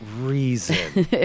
reason